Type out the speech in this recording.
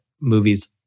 movies